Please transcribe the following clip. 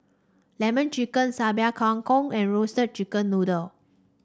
lemon chicken Sambal Kangkong and Roasted Chicken Noodle